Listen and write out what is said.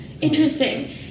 Interesting